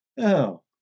Oh